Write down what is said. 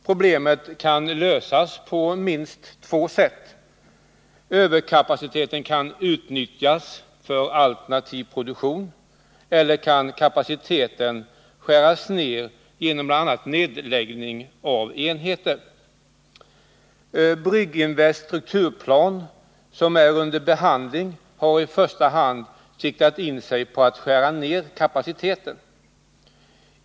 Problemet kan lösas på minst två sätt. Överkapaciteten kan antingen utnyttjas för alternativ produktion, eller också kan produktionen skäras ned genom bl.a. nedläggning av enheter. Brygginvest AB har i sin strukturplan, som är under behandling i regeringskansliet, i första hand siktat in sig på att skära ner kapaciteten.